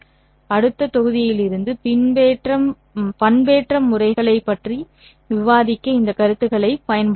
அடுத்த தொகுதியிலிருந்து பண்பேற்றம் முறைகளைப் பற்றி விவாதிக்க இந்த கருத்துக்களைப் பயன்படுத்துவோம்